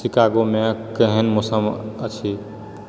शिकागोमे केहन मौसम अछि